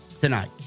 tonight